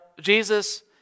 Jesus